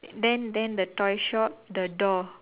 then then the toy shop the door